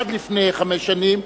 עד לפני חמש שנים,